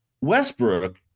Westbrook